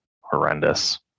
horrendous